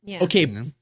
Okay